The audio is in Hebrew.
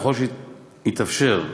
ככל שהתאפשר,